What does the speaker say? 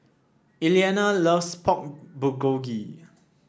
Eliana loves Pork Bulgogi